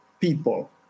people